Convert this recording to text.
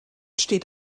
steht